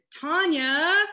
Tanya